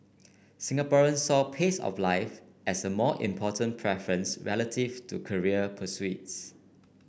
Singaporeans saw pace of life as a more important preference relative to career pursuits